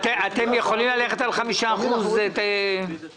אתם יכולים ללכת על 5% קיצוץ?